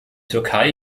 türkei